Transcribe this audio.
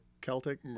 Celtic